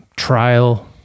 Trial